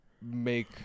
make